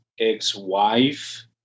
ex-wife